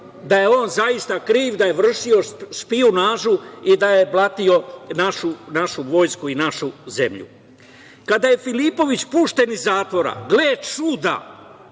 da je on zaista kriv da je vršio špijunažu i da je blatio našu vojsku i našu zemlju. Kada je Filipović pušten iz zatvora, gle čuda,